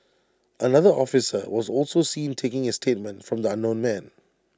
another officer was also seen taking A statement from the unknown man